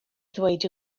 ddweud